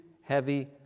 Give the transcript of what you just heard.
heavy